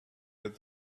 that